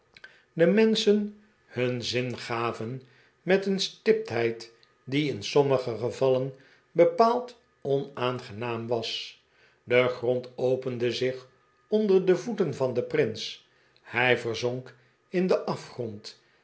den menschen hun zin gaven met een stipt heid die in sommige gevallen bepaald onaangenaam was de grond opende zich onder de voeten van den prins hij verzonk in den afgrond